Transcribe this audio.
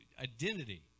identity